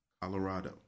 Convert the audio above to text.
Colorado